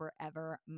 forever